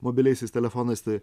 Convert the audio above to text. mobiliaisiais telefonais tai